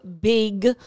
big